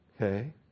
okay